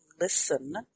listen